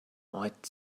might